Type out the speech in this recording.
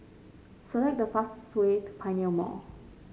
select the fastest way to Pioneer Mall